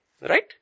Right